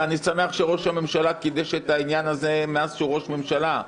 ואני שמח שראש הממשלה קידש את העניין הזה מאז שהוא ראש ממשלה,